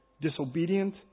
disobedient